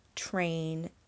train